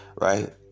right